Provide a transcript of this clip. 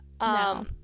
No